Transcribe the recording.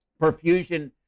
perfusion